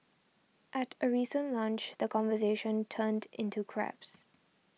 at a recent lunch the conversation turned into crabs